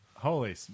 Holy